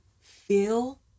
feel